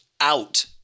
out